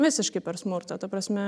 visiškai per smurtą ta prasme